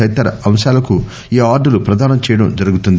తదితర అంశాలకు ఈ అవార్డులు ప్రధానం చేయడం జరుగుతుంది